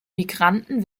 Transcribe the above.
migranten